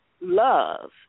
love